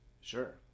Sure